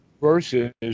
versus